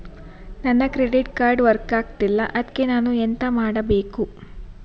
ನನ್ನ credit card work ಆಗ್ತಿಲ್ಲ ಅದ್ಕೆ ನಾನು ಎಂತ ಮಾಡಬೇಕು?